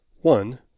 One